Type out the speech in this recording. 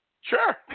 Sure